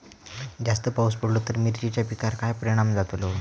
जास्त पाऊस पडलो तर मिरचीच्या पिकार काय परणाम जतालो?